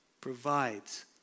provides